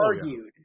argued